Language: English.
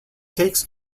takes